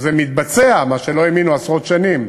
שזה מתבצע, מה שלא האמינו עשרות שנים,